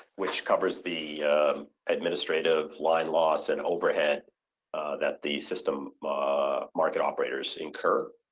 which covers the administrative, line loss, and overhead that the system market operators incur.